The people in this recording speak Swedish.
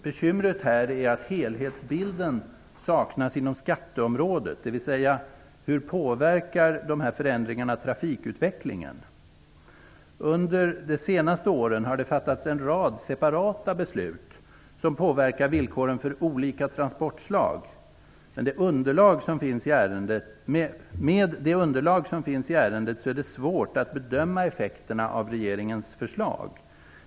Bekymret är att helhetsbilden saknas inom skatteområdet, dvs. hur de här förändringarna påverkar trafikutvecklingen. Under de senaste åren har det fattats en rad separata beslut som påverkar villkoren för olika transportslag, men med det underlag som finns i ärendet är det svårt att bedöma effekterna av regeringens förslag.